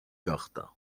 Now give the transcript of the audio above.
გახდა